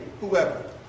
Whoever